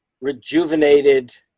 rejuvenated